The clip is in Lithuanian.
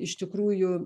iš tikrųjų